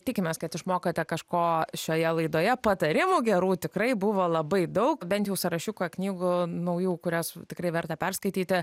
tikimės kad išmokote kažko šioje laidoje patarimų gerų tikrai buvo labai daug bent jau sąrašiuką knygų naujų kurias tikrai verta perskaityti